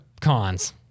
cons